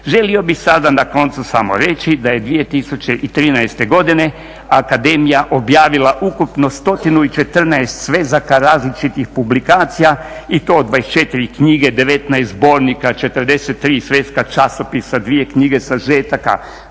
Želio bih sada na koncu samo reći da je 2013. godine akademija objavila ukupno 114 svezaka različitih publikacija i to 24 knjige, 19 zbornika, 43 svjetska časopisa, 2 knjige sažetaka,